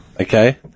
Okay